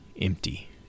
empty